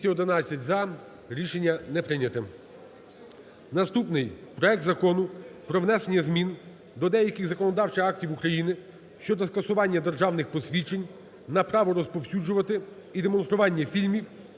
Наступний. Проект Закону про внесення змін до деяких законодавчих актів України щодо скасування державних посвідчень на право розповсюджувати і демонстрування фільмів